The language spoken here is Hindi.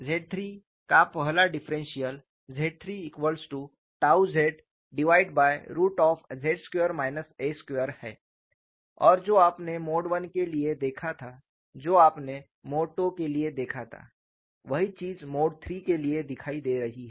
ZIII का पहला डिफरेंशियल ZIII Zz2 a2 है और जो आपने मोड I के लिए देखा था जो आपने मोड II के लिए देखा था वही चीज़ मोड III के लिए दिखाई दे रही है